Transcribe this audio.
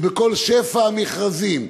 בכל שפע המכרזים,